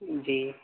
جی